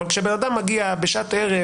אבל כשאדם מגיע בשעת ערב,